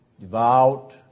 Devout